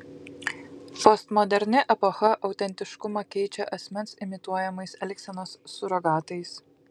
postmoderni epocha autentiškumą keičia asmens imituojamais elgsenos surogatais